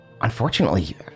unfortunately